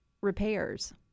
repairs